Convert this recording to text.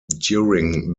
during